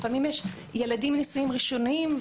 לפעמים יש ילדים מנישואים ראשונים,